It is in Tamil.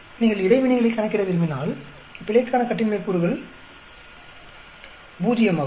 நீங்கள் இடைவினைகளை கணக்கிட விரும்பினால் பிழைக்கான கட்டின்மை கூறுகள் 0 ஆகும்